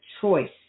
choice